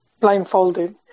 Blindfolded